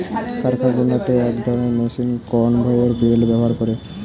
কারখানাগুলোতে এক ধরণের মেশিন কনভেয়র বেল্ট ব্যবহার করে